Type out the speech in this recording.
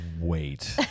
wait